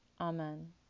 Amen